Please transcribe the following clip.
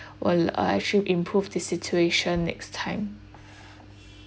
will uh actually improve the situation next time